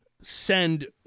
send